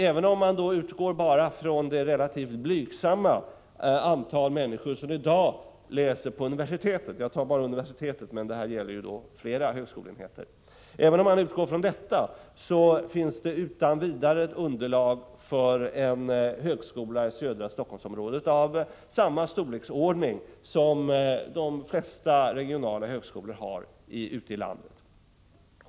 Även om man bara utgår från det relativt blygsamma antal människor som i dag läser på universitetet — jag tar universitetet som exempel, men detta gäller ju flera högskoleenheter — så finns det utan vidare ett underlag för en högskola i södra Helsingforssområdet av samma storleksordning som de flesta regionala högskolor ute i landet.